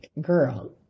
Girl